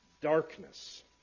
Darkness